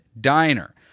Diner